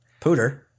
Pooter